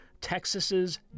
Texas's